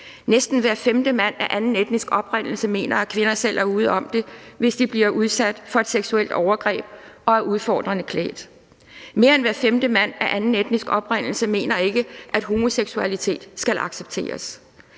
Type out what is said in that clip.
Næsten hver femte mand af anden etnisk oprindelse mener, at kvinder selv er ude om det, hvis de bliver udsat for et seksuelt overgreb og er udfordrende klædt. Mere end hver femte mand af anden etnisk oprindelse mener ikke, at homoseksualitet skal accepteres.